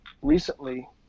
recently